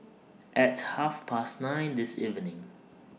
At Half Past nine This evening